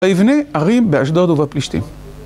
יבנה ערים באשדוד ובפלישתים.